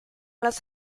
las